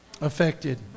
Affected